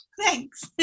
Thanks